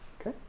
Okay